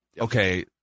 okay